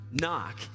knock